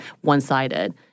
one-sided